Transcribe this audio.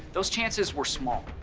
those chances were small,